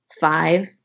five